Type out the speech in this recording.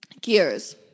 gears